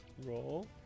Roll